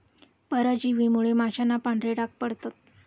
परजीवींमुळे माशांना पांढरे डाग पडतात